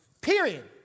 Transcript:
Period